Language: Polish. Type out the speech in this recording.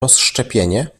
rozszczepienie